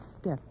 step